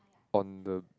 on the